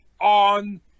on